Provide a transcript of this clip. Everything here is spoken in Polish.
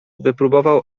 wypróbował